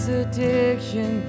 addiction